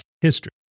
history